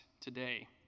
today